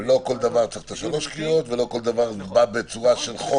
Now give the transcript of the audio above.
לא לכל דבר צריך 3 קריאות ולא כל דבר נמדד בצורה של חוק,